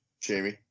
Jamie